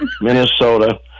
Minnesota